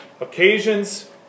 occasions